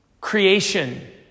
creation